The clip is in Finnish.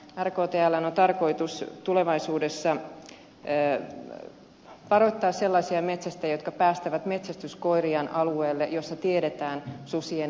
rktln on tarkoitus tulevaisuudessa varoittaa sellaisia metsästäjiä jotka päästävät metsästyskoiriaan alueelle jossa tiedetään susien liikkuvan